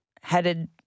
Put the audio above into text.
headed